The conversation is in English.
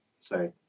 say